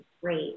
great